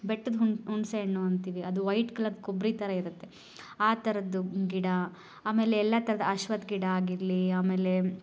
ಬೆಟ್ಟದ ಹಣ್ಣು ಹುಣಸೆ ಹಣ್ಣು ಅಂತೀವಿ ಅದು ವೈಟ್ ಕಲರ್ದು ಕೊಬ್ಬರಿ ಥರ ಇರುತ್ತೆ ಆ ಥರದ ಗಿಡ ಆಮೇಲೆ ಎಲ್ಲ ಥರದ ಅಶ್ವತ್ ಗಿಡ ಆಗಿರಲಿ ಆಮೇಲೆ